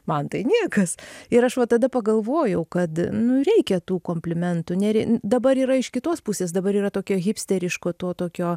man tai niekas ir aš va tada pagalvojau kad nu reikia tų komplimentų ner dabar yra iš kitos pusės dabar yra tokio hipsteriško to tokio